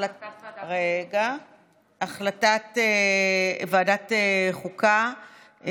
הצעת ועדת החוקה,